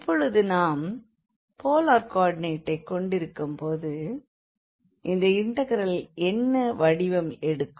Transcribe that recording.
இப்பொழுது நாம் போலார் கோ ஆர்டினேட்டைக் கொண்டிருக்கும் போது இந்த இண்டெக்ரல் என்ன வடிவம் எடுக்கும்